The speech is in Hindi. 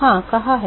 हाँ कहाँ है